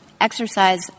exercise